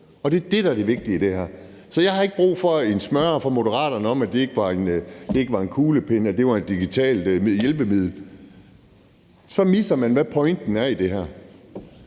og det er det, der er det vigtige i det her. Så jeg har ikke brug for en smøre fra Moderaterne om, at det ikke var en kuglepen, men at det var et digitalt hjælpemiddel. Så har man misset, hvad pointen er i det her.